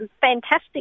fantastic